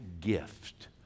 gift